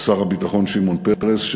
ולשר הביטחון שמעון פרס,